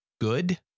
good